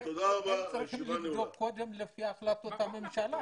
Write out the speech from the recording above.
צריך לבדוק לפי החלטות הממשלה.